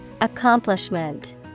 accomplishment